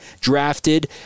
drafted